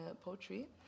poetry